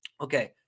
Okay